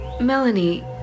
Melanie